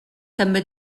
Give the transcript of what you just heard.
també